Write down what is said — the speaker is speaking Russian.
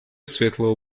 светлого